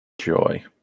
Joy